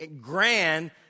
grand